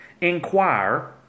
inquire